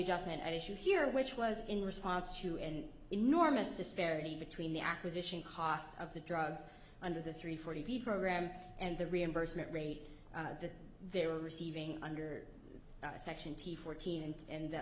adjustment issue here which was in response to an enormous disparity between the acquisition cost of the drugs under the three forty program and the reimbursement rate that they were receiving under section t fourteen and in the